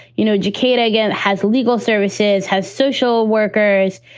you know, educate again, has legal services, has social workers,